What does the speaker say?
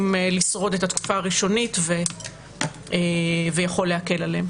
לשרוד את התקופה הראשונית ויכול להקל עליהם,